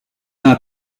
are